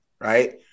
right